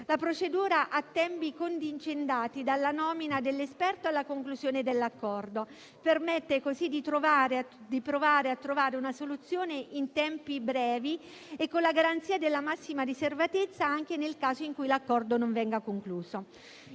La procedura ha tempi contingentati dalla nomina dell'esperto alla conclusione dell'accordo e permette così di provare a trovare una soluzione in tempi brevi e con la garanzia della massima riservatezza anche nel caso in cui l'accordo non venga concluso.